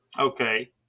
Okay